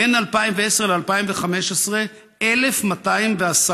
בין 2010 ל-2015, 1,210